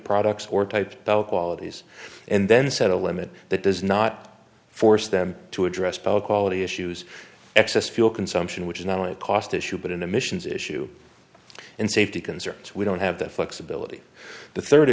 products or types of qualities and then set a limit that does not force them to address both quality issues excess fuel consumption which is not only a cost issue but an emissions issue and safety concerns we don't have that flexibility the third